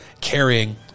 carrying